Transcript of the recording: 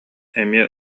эмиэ